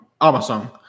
Amazon